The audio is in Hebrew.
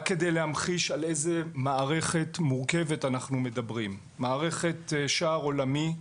רק כדי להמחיש על איזה מערכת מורכבת אנחנו מדברים: מערכת שער עולמי,